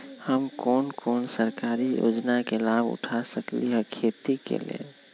हम कोन कोन सरकारी योजना के लाभ उठा सकली ह खेती के लेल?